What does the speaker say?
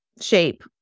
shape